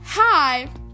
Hi